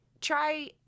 try